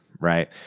right